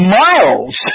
miles